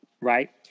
right